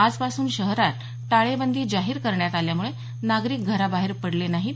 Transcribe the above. आजपासून शहरात टाळेबंदी जाहीर करण्यात आल्यामुळे नागरिक घराबाहेर पडले नाहीत